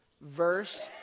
verse